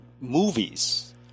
movies